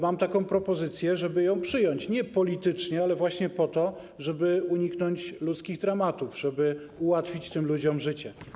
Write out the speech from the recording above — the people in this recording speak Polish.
Mam taką propozycję, żeby ją przyjąć, nie ze względów politycznych, ale właśnie po to, żeby uniknąć ludzkich dramatów, żeby ułatwić tym ludziom życie.